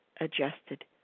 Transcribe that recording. adjusted